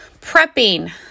prepping